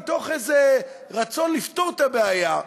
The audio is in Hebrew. מתוך איזה רצון לפתור את הבעיה,